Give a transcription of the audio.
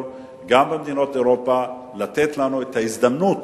וגם במדינות אירופה לתת לנו הזדמנות